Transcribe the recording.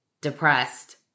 depressed